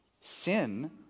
Sin